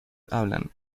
hablan